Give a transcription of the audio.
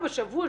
שבוע,